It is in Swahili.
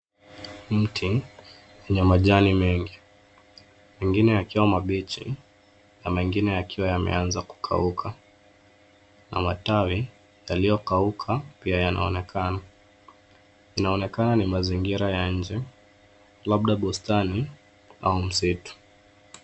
Mti wenye majani mengi, mengine yakiwa mabichi na mengine yakiwa yameanza kukauka na matawi yaliyokauka pia yanaonekana. Inaonekana ni mazingira ya nje, labda bustani au msitu.